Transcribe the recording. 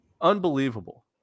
Unbelievable